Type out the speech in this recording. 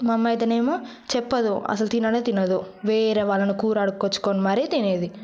మా అమ్మ అయితే ఏమో చెప్పదు అసలు తిననే తినదు వేరేవాళ్ళని కూర అడుకొచ్చుకుని మరీ తినేది